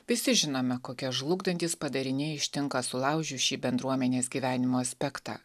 visi žinome kokie žlugdantys padariniai ištinka sulaužius šį bendruomenės gyvenimo aspektą